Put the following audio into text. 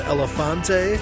Elefante